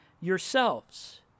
yourselves